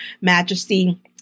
Majesty